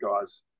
guys